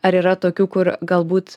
ar yra tokių kur galbūt